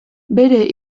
bere